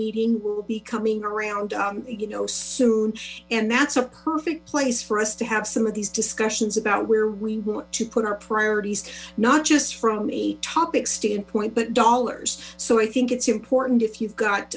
meeting will be coming around soon and that's a perfect place for us to have some of these discussions about where we want to put our priorities not just from a topic standpoint but dollars so i think it's important if you've